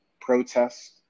protests